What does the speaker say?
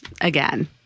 again